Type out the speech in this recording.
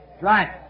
Right